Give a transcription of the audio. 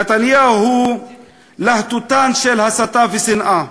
נתניהו הוא להטוטן של הסתה ושנאה,